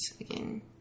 again